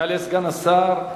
יעלה סגן השר,